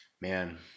Man